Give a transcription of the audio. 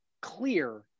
clear